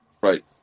Right